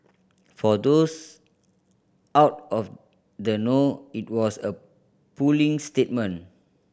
for those out of the know it was a puling statement